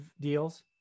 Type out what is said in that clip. deals